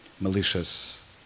malicious